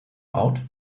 out